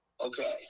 Okay